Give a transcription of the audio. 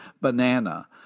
banana